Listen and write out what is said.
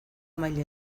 maila